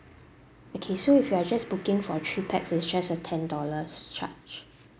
okay so if you are just looking for three pax is just a ten dollars charge